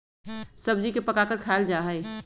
सब्जी के पकाकर खायल जा हई